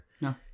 no